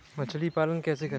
मछली पालन कैसे करें?